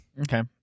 Okay